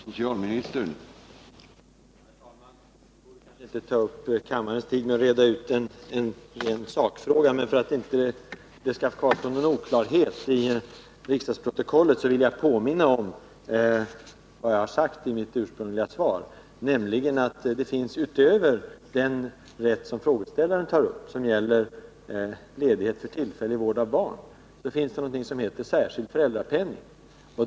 Herr talman! Vi borde kanske inte ta upp kammarens tid med att reda uten ren sakfråga, men för att det inte skall kvarstå någon oklarhet i riksdagsprotokollet vill jag påminna om vad jag sade i mitt svar. Utöver den rätt som frågeställaren tar upp och som gäller ledighet för tillfällig vård av barn finns någonting som heter särskild föräldrapenning.